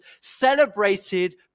celebrated